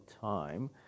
time